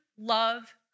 love